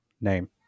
name